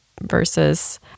versus